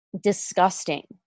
disgusting